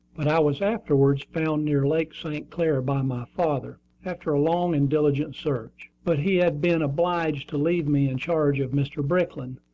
but i was afterwards found near lake st. clair by my father, after a long and diligent search. but he had been obliged to leave me in charge of mr. brickland,